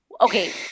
Okay